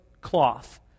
cloth